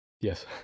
Yes